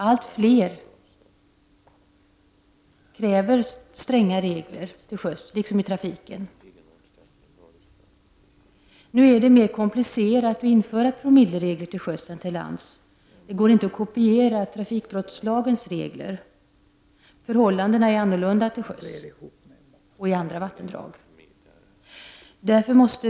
Allt fler kräver strängare regler till sjöss, liksom i trafiken till lands. Det är dock mera komplicerat att införa promilleregler till sjöss än till lands. Det går inte att kopiera trafikbrottslagens regler. Förhållandena är annorlunda till sjöss och i andra vattendrag.